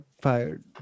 fired